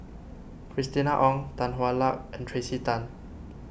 Christina Ong Tan Hwa Luck and Tracey Tan